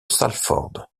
salford